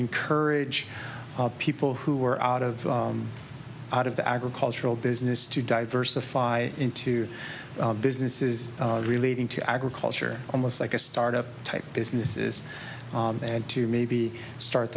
encourage people who were out of out of the agricultural business to diversify into businesses relating to agriculture almost like a start up type businesses and to maybe start